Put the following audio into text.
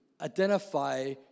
identify